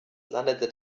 landete